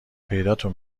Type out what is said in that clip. پیداتون